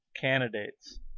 candidates